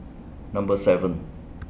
Number seven